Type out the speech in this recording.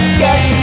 get